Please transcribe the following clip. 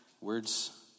words